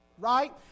right